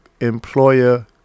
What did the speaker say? employer